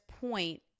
point